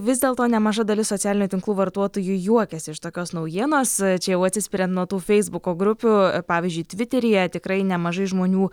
vis dėlto nemaža dalis socialinių tinklų vartuotojų juokiasi iš tokios naujienos čia jau atsispiriant nuo tų feisbuko grupių pavyzdžiui tviteryje tikrai nemažai žmonių